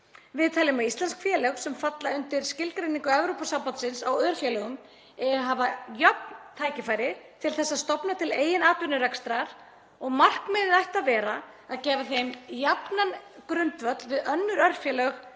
Við teljum að íslensk félög sem falla undir skilgreiningu Evrópusambandsins á örfélögum eigi hafa jöfn tækifæri til að stofna til eigin atvinnurekstrar og markmiðið ætti að vera að gefa þeim jafnan grundvöll við önnur félög